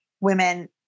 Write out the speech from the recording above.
women